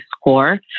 score